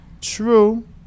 True